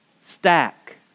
stack